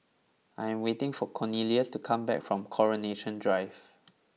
I am waiting for Cornelious to come back from Coronation Drive